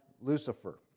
Lucifer